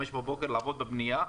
5:00 בבוקר לעבוד בבנייה,